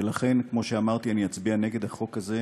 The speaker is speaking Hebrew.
ולכן, כמו שאמרתי, אני אצביע נגד החוק הזה,